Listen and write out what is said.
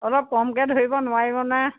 অলপ কমকৈ ধৰিব নোৱাৰিবনে